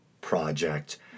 Project